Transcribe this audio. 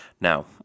Now